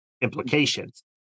implications